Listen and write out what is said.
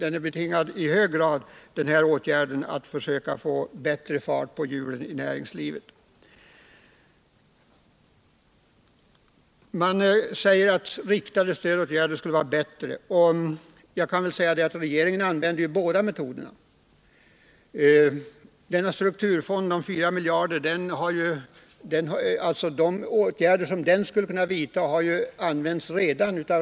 En sänkning av arbetsgivaravgifterna bidrar till att få bättre fart på hjulen i näringslivet. Man säger att riktade stödåtgärder skulle vara bättre. Regeringen använder båda metoderna. De åtgärder som en strukturfond om 4 miljarder skulle kunna användas till har redan tidigare vidtagits av regeringen i flera fall.